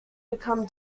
become